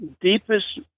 deepest